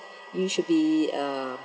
you should be uh